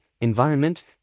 environment